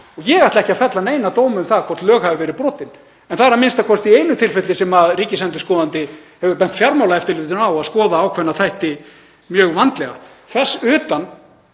Ég ætla ekki að fella neina dóma um það hvort lög hafi verið brotin en það er a.m.k. í einu tilfelli sem ríkisendurskoðandi hefur bent Fjármálaeftirlitinu á að skoða ákveðna þætti mjög vandlega. Þess utan